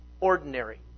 ordinary